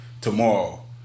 Tomorrow